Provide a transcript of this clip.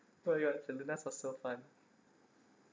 oh ya telunas was so fun